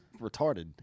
retarded